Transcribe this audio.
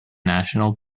national